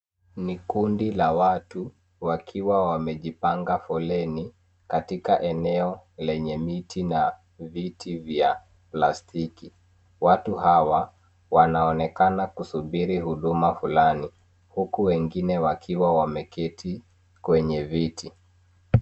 Ni kundi la watu wakiwa wamejipanga foleni katika eneo lenye miti na viti vya plastiki. Watu hawa wanaonekana kusubiri huduma fulani huku wengine wakiwa wameketi kwenye viti.